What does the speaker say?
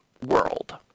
world